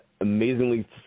amazingly